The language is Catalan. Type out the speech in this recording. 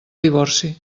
divorci